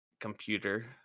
computer